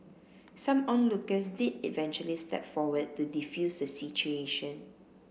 some onlookers did eventually step forward to defuse the situation